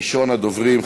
ראשון הדוברים,